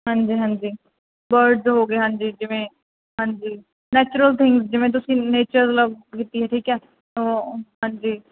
ਹਾਂਜੀ ਹਾਂਜੀ ਬਰਡਜ਼ ਹੋ ਗਏ ਹਾਂਜੀ ਜਿਵੇਂ ਹਾਂਜੀ ਨੈਚੁਰਲ ਥਿੰਗ ਜਿਵੇਂ ਤੁਸੀਂ ਨੇਚਰ ਲਵ ਕੀਤੀ ਠੀਕ ਹੈ ਉਹ ਹਾਂਜੀ